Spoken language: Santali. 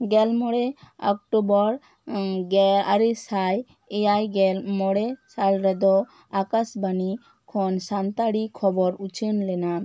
ᱜᱮᱞ ᱢᱚᱬᱮ ᱚᱠᱴᱳᱵᱚᱨ ᱜᱮ ᱟᱨᱮ ᱥᱟᱭ ᱮᱭᱟᱭ ᱜᱮᱞ ᱢᱚᱬᱮ ᱥᱟᱞ ᱨᱮᱫᱚ ᱟᱠᱟᱥᱵᱟᱱᱤ ᱠᱷᱚᱱ ᱥᱟᱱᱛᱟᱲᱤ ᱠᱷᱚᱵᱚᱨ ᱩᱪᱷᱟᱹᱱ ᱞᱮᱱᱟ